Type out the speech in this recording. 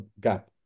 gap